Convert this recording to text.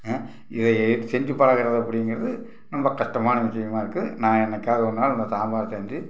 இதையே செஞ்சு பழகுறது அப்படிங்கறது ரொம்ப கஷ்டமான விஷயமா இருக்குது நான் என்றைக்காவது ஒரு நாள் நான் சாம்பார் செஞ்சு